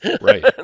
Right